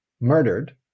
murdered